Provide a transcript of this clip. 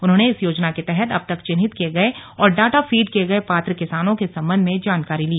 उन्होंने इस योजना के तहत अब तक चिन्हित किये गये और डाटा फीड किये गये पात्र किसानों के संबंध में जानकारी ली